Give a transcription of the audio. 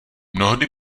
mnohdy